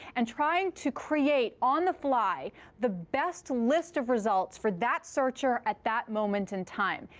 and try and to create on the fly the best list of results for that searcher at that moment in time.